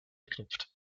knüpft